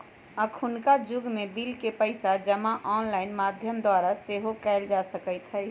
अखुन्का जुग में बिल के पइसा जमा ऑनलाइन माध्यम द्वारा सेहो कयल जा सकइत हइ